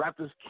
Raptors